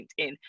linkedin